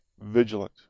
vigilant